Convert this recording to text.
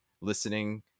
listening